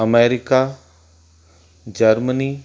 America Germany